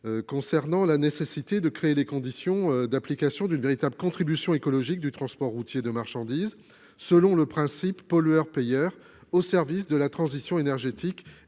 Il est nécessaire de créer les conditions d'application d'une véritable contribution écologique du transport routier de marchandises, selon le principe « pollueur : payeur ». Cela favorisera la transition énergétique